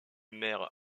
mère